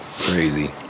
Crazy